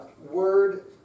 word